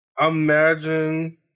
imagine